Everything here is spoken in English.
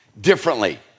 differently